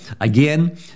again